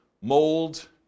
mold